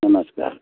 नमस्कार